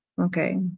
Okay